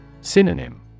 Synonym